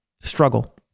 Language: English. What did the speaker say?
struggle